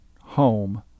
home